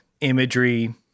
imagery